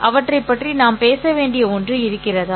அவற்றைப் பற்றி நாம் பேச வேண்டிய ஒன்று இருக்கிறதா